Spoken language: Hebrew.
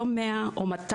לא 100 או 200,